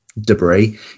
debris